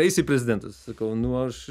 eisi į prezidentus sakau nu aš